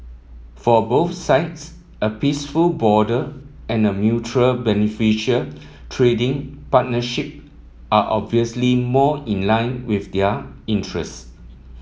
for both sides a peaceful border and a mutually beneficial trading partnership are obviously more in line with their interest